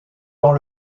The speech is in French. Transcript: dans